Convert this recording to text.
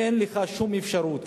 אין לך שום אפשרות.